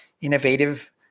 innovative